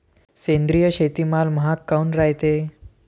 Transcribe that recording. सेंद्रिय शेतीमाल महाग काऊन रायते?